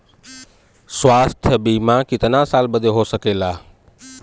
स्वास्थ्य बीमा कितना साल बदे हो सकेला?